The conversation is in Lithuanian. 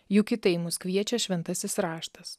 juk į tai mus kviečia šventasis raštas